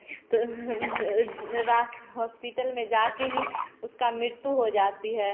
तो हम रास हॉस्पिटल में जाकर ही उसका मृत्यु हो जाती है